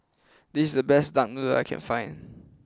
this the best Duck Noodle I can find